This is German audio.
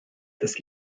des